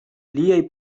liaj